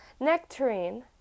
Nectarine